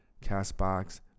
CastBox